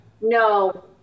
No